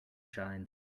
shines